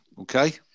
okay